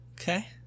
okay